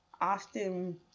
often